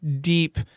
deep